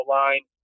line